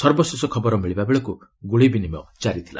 ସର୍ବଶେଷ ଖବର ମିଳିବାବେଳକ୍ ଗ୍ରୁଳି ବିନିମୟ ଜାରି ରହିଥିଲା